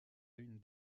une